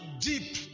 deep